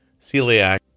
celiac